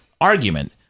argument